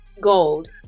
gold